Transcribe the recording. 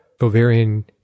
ovarian